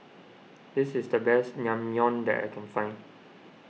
this is the best Naengmyeon that I can find